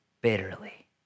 bitterly